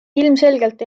ilmselgelt